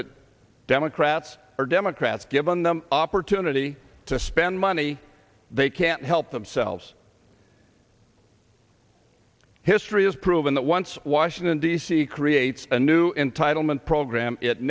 that democrats or democrats given the opportunity to spend money they can't help themselves history has proven that once washington d c creates a new entitlement program it